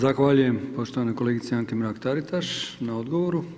Zahvaljujem poštovanoj kolegici Anki Mrak-Taritaš na odgovoru.